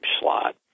slot